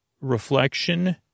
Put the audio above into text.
reflection